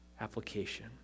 application